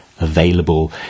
available